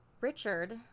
Richard